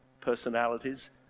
personalities